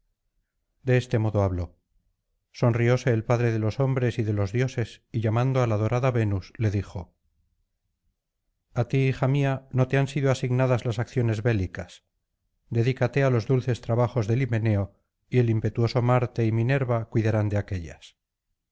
de este modo habló sonrióse el padre de los hombres y de los dioses y llamando á la dorada venus le dijo a ti hija mía no te han sido asignadas las acciones bélicas dedícate á los dulces trabajos del himeneo y el impetuoso marte y minerva cuidarán de aquéllas